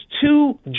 two